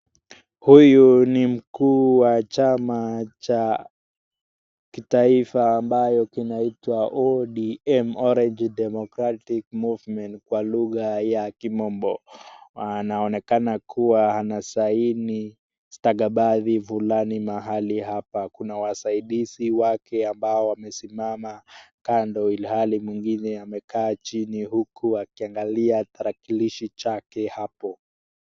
Huyu ni mkuu wa chama cha kitaifa ambayo kinaitwa ODM Orange Democratic Movement kwa lugha ya kimombo anaonekana kuwa anasaini stakabadhi fulani mahali hapa kuna wasaidizi wake ambao wamesimama kando ilhali mwingine amekaa chini huku akiangalia tarakilishi chake hapo.